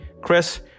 Chris